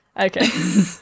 Okay